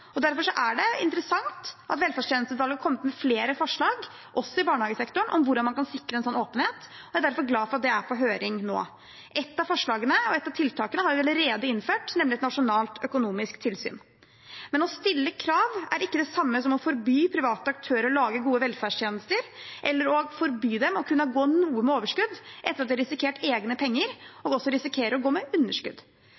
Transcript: Derfor er det interessant at velferdstjenesteutvalget har kommet med flere forslag, også i barnehagesektoren, om hvordan man kan sikre en slik åpenhet, og jeg er glad for at det er på høring nå. Et av forslagene og et av tiltakene har vi allerede innført, nemlig et nasjonalt økonomisk tilsyn. Men å stille krav er ikke det samme som å forby private aktører å lage gode velferdstjenester eller forby dem å kunne gå noe med overskudd etter at de har risikert egne penger